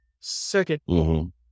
Second